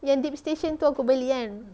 yang deep station yang tu aku beli kan